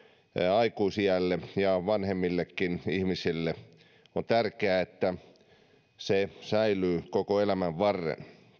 aikuisiälle ja vanhemmallekin iälle on tärkeää että se säilyy koko elämän varren